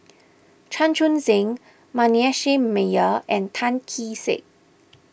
Chan Chun Sing Manasseh Meyer and Tan Kee Sek